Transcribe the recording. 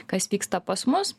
kas vyksta pas mus